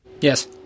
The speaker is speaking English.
Yes